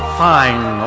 fine